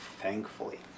thankfully